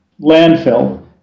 landfill